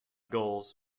goals